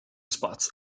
spots